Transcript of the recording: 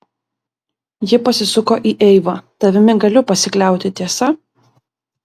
ji pasisuko į eivą tavimi galiu pasikliauti tiesa